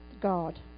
God